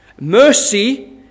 Mercy